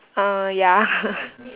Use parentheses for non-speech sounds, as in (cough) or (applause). uh ya (noise)